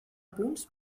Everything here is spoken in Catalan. punts